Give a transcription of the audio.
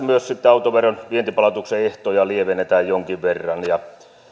myös sitten autoveron vientipalautuksen ehtoja lievennetään jonkin verran